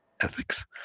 ethics